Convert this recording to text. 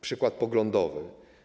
Przykład poglądowy.